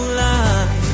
life